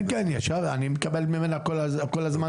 כן, אני מקבל ממנה כל הזמן